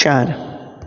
चार